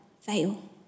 fail